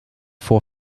vor